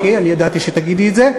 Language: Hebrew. חכי, ידעתי שתגידי את זה.